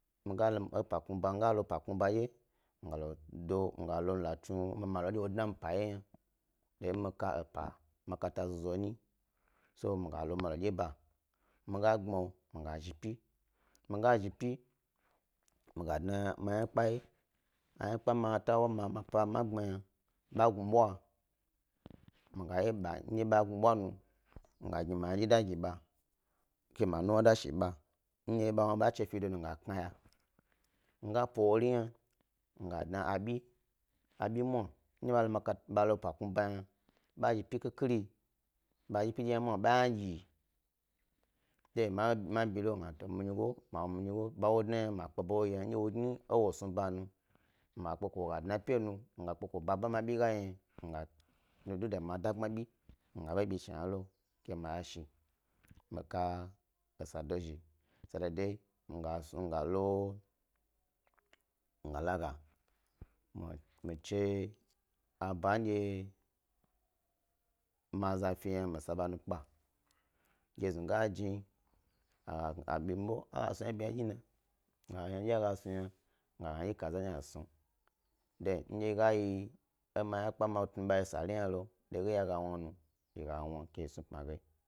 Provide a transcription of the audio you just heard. Epa kpmi, mi galo epa kpmi ba dye mi gala tse malo ndye wo dna mi pa wye yna do mi ka epa makata zozo nyi so mi ga lo malo dye ba mi ga kpmiwo mi zhi pi, mi ga zhi pi mi ga dna ma yna kpe wye, a ynakpe ma tnabwa ma e gbmalo yna ɓa gnu bwa, mi ga wye ɓa ndye ba gnubwa nu, mi gni ma da ynadyi yi ɓ. Ma nuwn shi ɓa, ndye ba wnu ɓa chi fedonu mi ga knoya, mi gap o wori hna miga dna abi, abi mwa ndye ɓa lo maka, pa kpmi ba yna ba zhi pi khikhiri, ɓa zhi pi dye yna ba ynadyi than ma ɓi lo, mi gnato minyigo, ba wo dna yna ma kpeba wo yeyo yna ndye woye e ewosnu ba nu, mi ga kpeko wo dna pe nu mi ga kpeko, baba mabi ga yo yna mi ga kpeko do de ma dogbma bi mi ga eɓo bi shna hna lo ke ma yashi mi ka esa dozhi, sa dodoyi mi ga laga mi lo, mi chi ban dye ma za feyna mi sa ba nukpe ge znu ga jni, a ga ɓimiɓo aga snu yna bi yna dyi na, mi ga yna dyi ndye gas nu, mi ga gna ynadyi kaza nyi hna a snu than ndye ga yi, e ma yna kpe ma tna ɓa ye sari hna nu dege yin dye ga wnu ynanu yi ga wnu ke yi snu pmi ge.